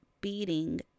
beating